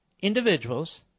individuals